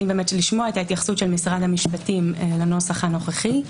רוצים לשמוע את התייחסות משרד המשפטים לנוסח הנוכחי.